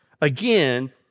Again